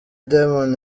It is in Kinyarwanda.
diamond